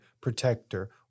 protector